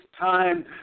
time